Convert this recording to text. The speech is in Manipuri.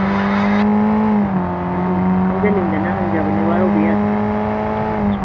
ꯑꯣ ꯍꯣꯏ ꯍꯣꯏ ꯑꯗꯨ ꯁꯨꯝ ꯈꯪꯖꯅꯤꯡꯗꯅ ꯍꯪꯖꯕꯅꯦ ꯋꯥꯔꯧꯕꯤꯕ ꯌꯥꯗꯦ ꯎꯝ